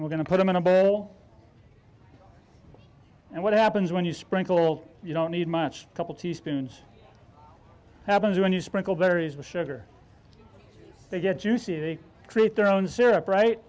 we're going to put them in a bowl and what happens when you sprinkle you don't need much a couple teaspoons happens when you sprinkle berries with sugar to get juicy to create their own syrup right